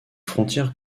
frontière